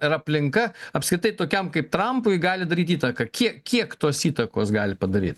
ar aplinka apskritai tokiam kaip trampui gali daryt įtaką kie kiek tos įtakos gali padary